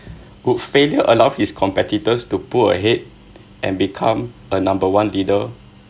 would failure allow his competitors to pull ahead and become a number one leader